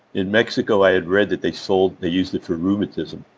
in mexico i had read that they so they used it for rheumatism.